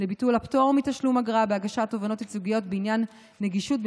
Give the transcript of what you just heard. לביטול הפטור מתשלום אגרה בהגשת תובענות ייצוגיות בעניין נגישות,